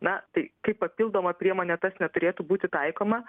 na tai kaip papildoma priemonė tas neturėtų būti taikoma